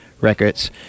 Records